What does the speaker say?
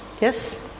Yes